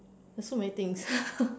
there's so many things